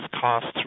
costs